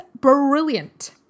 brilliant